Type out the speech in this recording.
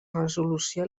resolució